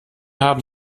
haben